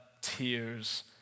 tears